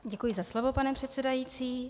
Děkuji za slovo, pane předsedající.